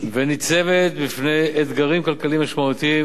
וניצבת בפני אתגרים כלכליים משמעותיים,